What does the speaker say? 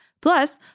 Plus